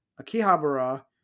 Akihabara